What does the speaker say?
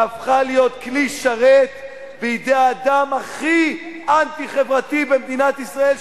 והפכה להיות כלי שרת בידי האדם הכי אנטי-חברתי במדינת ישראל,